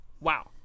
Wow